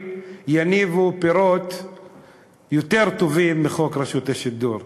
יניבו פירות יותר טובים מחוק רשות השידור,